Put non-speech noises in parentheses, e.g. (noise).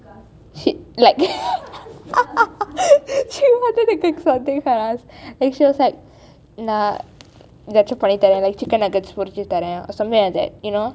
(laughs) shit like (laughs) ~ cook something for us it shows us that naan ~ nuggets பொறிச்சு தரேன்:porichu tharaen or something like that you know